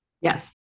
Yes